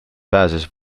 pääses